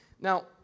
Now